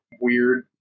weird